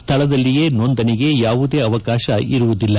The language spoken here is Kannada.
ಸ್ಥಳದಲ್ಲಿಯೇ ನೋಂದಣಿಗೆ ಯಾವುದೇ ಅವಕಾಶವಿಲ್ಲ